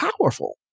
powerful